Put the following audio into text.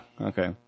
Okay